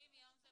אני